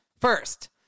first